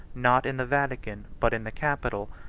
not in the vatican, but in the capitol,